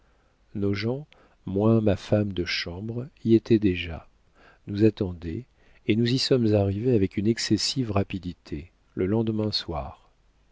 nos gens moins ma femme de chambre y étaient déjà nous attendaient et nous y sommes arrivés avec une excessive rapidité le lendemain soir